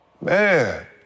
Man